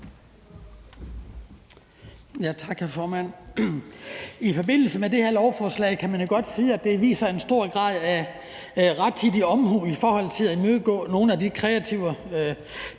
formand. Det her lovforslag kan man jo godt sige viser en stor grad af rettidig omhu i forhold til at imødegå nogle af de kreative